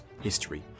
history